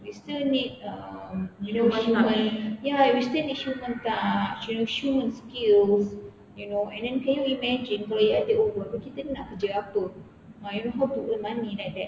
still need uh you know human ya you still need human touch you know human skills you know and then can you imagine kalau A_I take over abeh kita ni nak kerja apa ah you know how to earn money like that